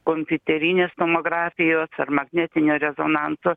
kompiuterinės tomografijos ar magnetinio rezonanso